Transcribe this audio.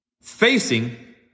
Facing